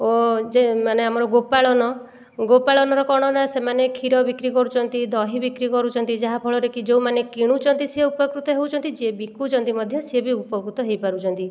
ଓ ଯେ ମାନେ ଆମର ଗୋ ପାଳନ ଗୋ ପାଳନର କ'ଣ ନା ସେମାନେ କ୍ଷୀର ବିକ୍ରି କରୁଛନ୍ତି ଦହି ବିକ୍ରି କରୁଛନ୍ତି ଯାହା ଫଳରେ କି ଯୋଉମାନେ କିଣୁଛନ୍ତି ସିଏ ଉପକୃତ ହେଉଛନ୍ତି ଯିଏ ବିକୁଛନ୍ତି ମଧ୍ୟ ସିଏ ବି ଉପକୃତ ହେଇପାରୁଛନ୍ତି